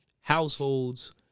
households